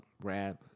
rap